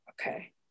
Okay